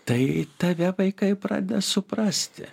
tai tave vaikai pradeda suprasti